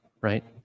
right